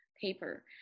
paper